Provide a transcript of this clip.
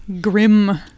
grim